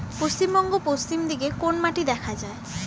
পশ্চিমবঙ্গ পশ্চিম দিকে কোন মাটি দেখা যায়?